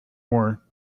war